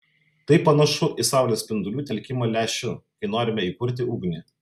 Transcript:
tai panašu į saulės spindulių telkimą lęšiu kai norime įkurti ugnį